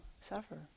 suffer